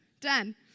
Done